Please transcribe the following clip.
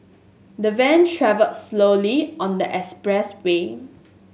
the van travelled slowly on the expressway